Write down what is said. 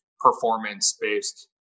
performance-based